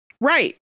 Right